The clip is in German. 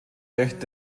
recht